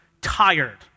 tired